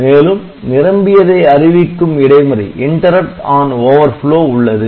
மேலும் 'நிரம்பியதை அறிவிக்கும் இடைமறி' உள்ளது